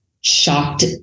shocked